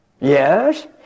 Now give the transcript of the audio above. Yes